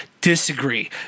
disagree